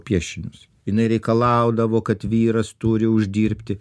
piešinius jinai reikalaudavo kad vyras turi uždirbti